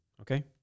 okay